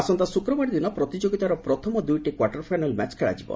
ଆସନ୍ତା ଶୁକ୍ରବାର ଦିନ ପ୍ରତିଯୋଗିତାର ପ୍ରଥମ ଦୁଇଟି କ୍ୱାର୍ଟ ଫାଇନାଲ୍ ମ୍ୟାଚ୍ ଖେଳାଯିବ